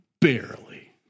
barely